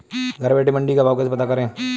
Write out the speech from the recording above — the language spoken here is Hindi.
घर बैठे मंडी का भाव कैसे पता करें?